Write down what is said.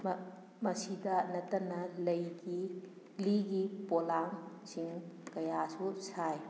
ꯃꯁꯤꯗ ꯅꯠꯇꯅ ꯂꯩꯒꯤ ꯂꯤꯒꯤ ꯄꯣꯂꯥꯡꯁꯤꯡ ꯀꯌꯥꯁꯨ ꯁꯥꯏ